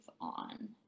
on